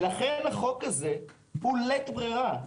לכן החוק הזה הוא לית ברירה.